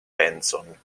penson